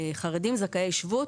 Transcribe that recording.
חרדים זכאי שבות,